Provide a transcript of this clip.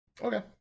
Okay